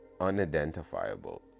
unidentifiable